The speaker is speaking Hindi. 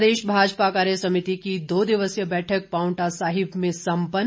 प्रदेश भाजपा कार्यसमिति की दो दिवसीय बैठक पांवटा साहिब में सम्पन्न